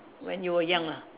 when you were young lah